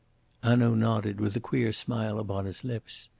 hanaud nodded with a queer smile upon his lips.